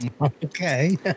Okay